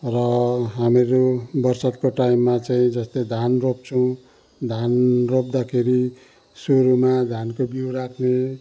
र हामीहरू बरसातको टाइममा चाहिँ जस्तो धान रोप्छौँ धान रोप्दाखेरि सुरुमा धानको बिउ राख्ने